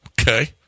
Okay